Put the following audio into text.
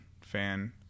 fan